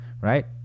right